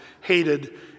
hated